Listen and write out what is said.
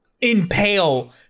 impale